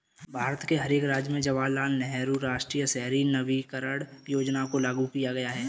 भारत के हर एक राज्य में जवाहरलाल नेहरू राष्ट्रीय शहरी नवीकरण योजना को लागू किया गया है